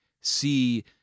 see